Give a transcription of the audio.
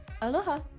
Aloha